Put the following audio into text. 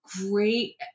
great